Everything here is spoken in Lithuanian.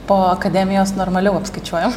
po akademijos normaliau apskaičiuojam